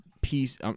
peace